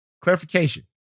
Clarification